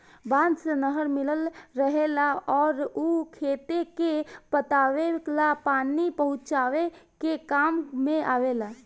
बांध से नहर मिलल रहेला अउर उ खेते के पटावे ला पानी पहुचावे के काम में आवेला